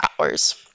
hours